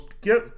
get